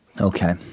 Okay